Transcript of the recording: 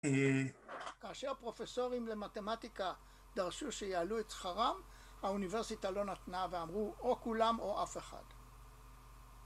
כאשר פרופסורים למתמטיקה דרשו שיעלו את שכרם האוניברסיטה לא נתנה ואמרו או כולם או אף אחד